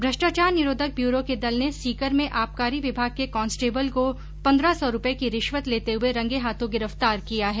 भ्रष्टाचार निरोधक ब्यूरो के दल ने सीकर में आबकारी विभाग के कॉन्स्टेबल को पन्द्रह सौ रूपये की रिश्वत लेते हुए रंगे हाथों गिरफ्तार किया है